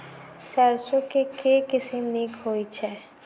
सैरसो केँ के किसिम नीक होइ छै?